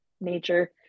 nature